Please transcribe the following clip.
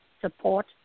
support